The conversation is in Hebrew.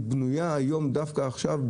היא בנויה היום דווקא עכשיו,